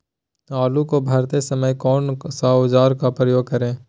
आलू को भरते समय कौन सा औजार का प्रयोग करें?